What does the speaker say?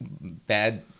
bad